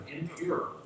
impure